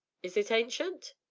is it, ancient?